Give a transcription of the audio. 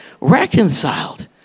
reconciled